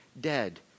dead